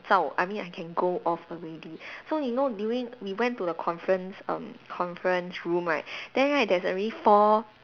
zao I mean I can go off already so you know during we went to the conference um conference room right then right there's already four